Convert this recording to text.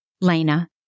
Lena